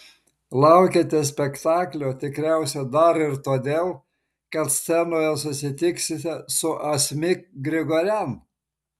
laukiate spektaklio tikriausiai dar ir todėl kad scenoje susitiksite su asmik grigorian